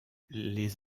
les